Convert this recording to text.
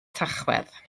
tachwedd